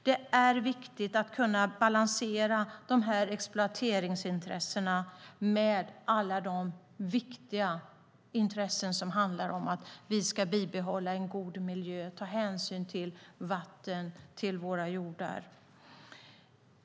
Det är viktigt att kunna balansera exploateringsintressena mot alla de viktiga intressen som handlar om att vi ska bibehålla en god miljö och ta hänsyn till vatten och till våra jordar.